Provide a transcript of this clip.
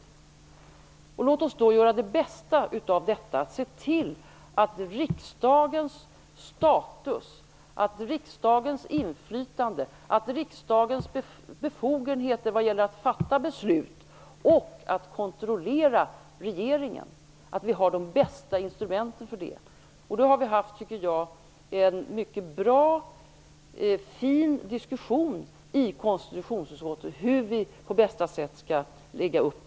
Låt oss då se till att vi har de bästa instrumenten när det gäller att slå vakt om riksdagens status, inflytande och befogenheter när det gäller att fatta beslut och att kontrollera regeringen. Jag tycker att vi har haft en bra och fin diskussion i konstitutionsutskottet om hur vi skall lägga upp detta på bästa sätt.